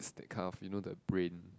that kind of you know the brain